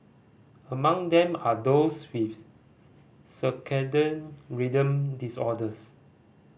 among them are those with circadian rhythm disorders